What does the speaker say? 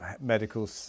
medical